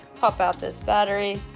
pop out this battery,